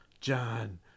John